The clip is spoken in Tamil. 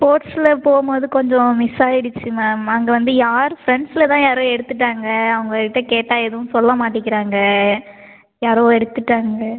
ஸ்போர்ட்ஸில் போகும்போது கொஞ்சம் மிஸ் ஆயிடுச்சு மேம் அங்கே வந்து யார் ஃப்ரெண்ட்ஸில் தான் யாரோ எடுத்துவிட்டாங்க அவங்கள்ட்ட கேட்டால் எதுவும் சொல்லமாட்டிக்குறாங்க யாரோ எடுத்துவிட்டாங்க